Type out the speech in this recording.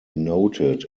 noted